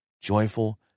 joyful